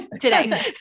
today